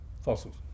fossils